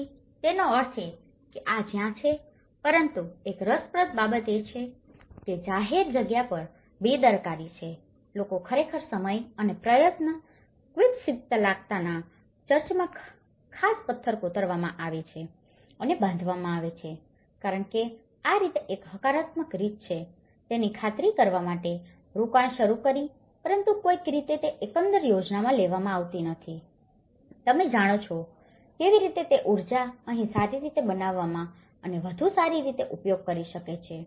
તેથી તેનો અર્થ છે આ જ્યાં છે પરંતુ એક રસપ્રદ બાબત એ છે કે જાહેર જગ્યા પર બેદરકારી છે લોકો ખરેખર સમય અને પ્રયત્ન ક્વીસ્પીલાકતાના ચર્ચમાં ખાસ પથ્થર કોતરવામા અને બાંધવામાં છે કારણ કે આ રીતે એક હકારાત્મક રીત છે તેની ખાતરી કરવા માટે રોકાણ શરૂ કરી પરંતુ કોઈક રીતે તે એકંદર યોજનામાં લેવામાં આવી નથી તમે જાણો છો કેવી રીતે તે જ ઉર્જા અહીં સારી રીતે બનાવવામાં અને વધુ સારી રીતે ઉપયોગ કરી શકે છે